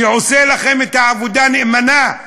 שעושה לכם את העבודה נאמנה,